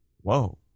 Whoa